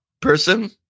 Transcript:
person